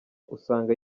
usanga